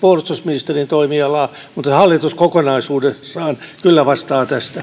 puolustusministerin toimia mutta hallitus kokonaisuudessaan kyllä vastaa tästä